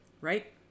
Right